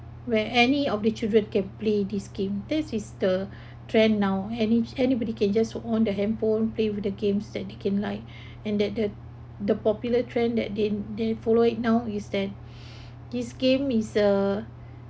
where any of the children can play this game this is the trend now any~ anybody can just on the handphone play with the games that you can like and that the the popular trend they they following now is that this game is uh